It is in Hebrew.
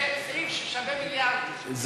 זה סעיף ששווה מיליארדים.